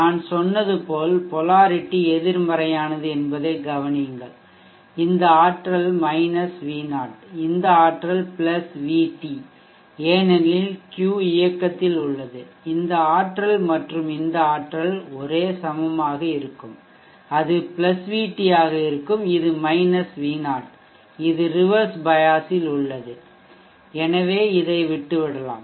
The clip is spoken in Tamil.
நான் சொன்னது போல் பொலாரிட்டி எதிர்மறையானது என்பதைக் கவனியுங்கள் இந்த ஆற்றல் V0 இந்த ஆற்றல் VT ஏனெனில் Q இயக்கத்தில் உள்ளது இந்த ஆற்றல் மற்றும் இந்த ஆற்றல் ஒரே சமமாக இருக்கும் அது VT ஆக இருக்கும் இது V0 இது ரிவெர்ஸ் பயஸ் இல் உள்ளது எனவே இதை விட்டு விடலாம்